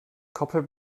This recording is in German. koppel